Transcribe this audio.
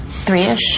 three-ish